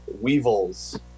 Weevils